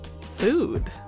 Food